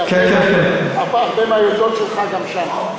כי הרבה מהיולדות שלך גם שם.